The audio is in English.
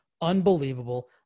unbelievable